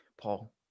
Paul